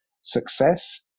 success